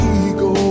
ego